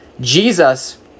Jesus